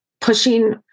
pushing